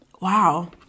wow